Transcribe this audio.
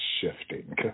shifting